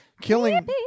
killing